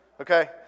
okay